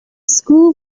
school